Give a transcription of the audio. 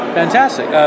fantastic